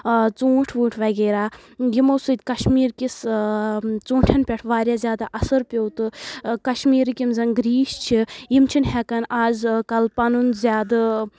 ژوٗنٛٹھۍ ووٗنٛٹھۍ وغیرہ یِمو سۭتۍ کشمیٖر کِس ژوٗنٛٹھؠن پؠٹھ واریاہ زیادٕ اَثر پیوٚو تہٕ کشمیٖرٕکۍ یِم زَن گرٛیٖس چھِ یِم چھِنہٕ ہؠکان اَز کَل پَنُن زیادٕ